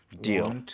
deal